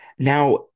now